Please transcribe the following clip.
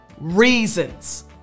reasons